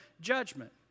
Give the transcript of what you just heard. judgment